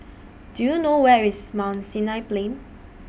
Do YOU know Where IS Mount Sinai Plain